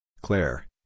Claire